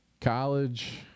college